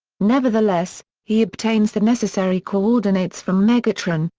nevertheless, he obtains the necessary coordinates from megatron,